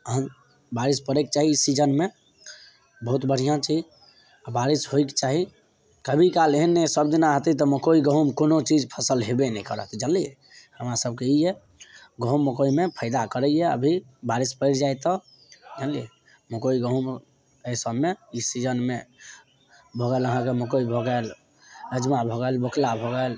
बारिस पड़ैक चाही ई सीजनमे बहुत बढ़िऑं छै बारिस होइक चाही कभी काल एहने सब दिना हेतै तऽ मकइ गहूॅंम सब चीज फसल हेबे नहि करत जनलियै हमरा सबके ई इएह गहूॅंम मकइमे फयदा करैया अभी बारिस परि जाय तऽ जनलियै मकइ गहूॅंम एहि सबमे ई सीजनमे भऽ गेल अहाँके मकइ भऽ गेल राजमा भऽ गेल बोकला भऽ गेल